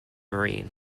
marine